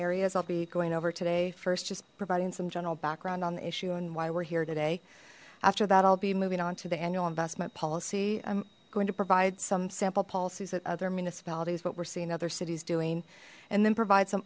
areas i'll be going over today first just providing some general background on the issue and why we're here today after that i'll be moving on to the annual investment policy i'm going to provide some sample policies that other municipalities what we're seeing other cities doing and then provide some